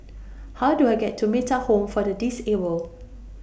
How Do I get to Metta Home For The Disabled